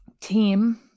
team